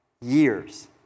years